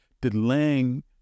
delaying